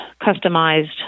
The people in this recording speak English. customized